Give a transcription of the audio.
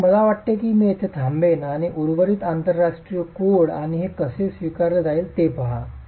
तर मला वाटते की मी येथे थांबेन आणि उर्वरित आंतरराष्ट्रीय कोड आणि हे कसे स्वीकारले जाईल ते पहा